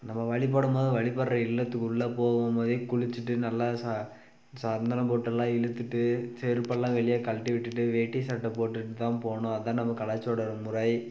நம்ம வழிப்படும்போது வழிப்படுற இல்லத்துக்கு உள்ளே போகும் போதே குளிச்சுட்டு நல்லா ச சந்தனம் பொட்டெல்லாம் இழுத்துகிட்டு செருப்பெல்லாம் வெளியே கழட்டி விட்டுவிட்டு வேட்டி சட்டை போட்டுகிட்டு தான் போகணும் அதுதான் நம்ம கலாச்சாரோட ஒரு முறை